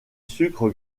sucre